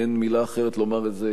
אין מלה אחרת לומר את זה,